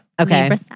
Okay